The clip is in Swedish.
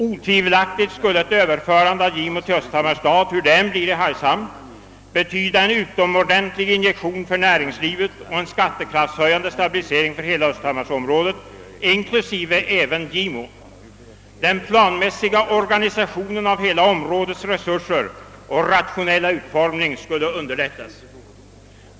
Otvivelaktigt skulle ett överförande av Gimo till Östhammars stad — hur det än blir i Hargshamn — betyda en utomordentlig injektion för näringslivet och en skattekraftshöjande stabilisering för hela östhammarsområdet inklusive Gimo. Den planmässiga organisationen av hela områdets resurser och rationella utformning skulle underlättas.